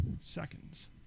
seconds